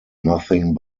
nothing